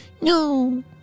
no